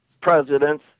presidents